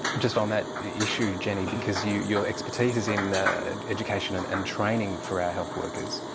just on that issue, jenny, because your your expertise is in education and and training for our health workers,